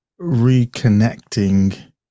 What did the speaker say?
reconnecting